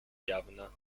governor